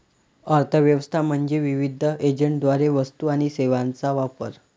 अर्थ व्यवस्था म्हणजे विविध एजंटद्वारे वस्तू आणि सेवांचा वापर